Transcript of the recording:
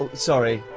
and sorry!